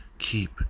Keep